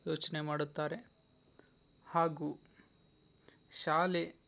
ಯೋಚನೆ ಮಾಡುತ್ತಾರೆ ಹಾಗೂ ಶಾಲೆ